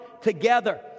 together